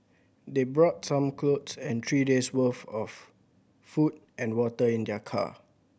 they brought some clothes and three days' worth of food and water in their car